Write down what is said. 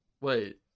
Wait